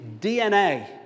DNA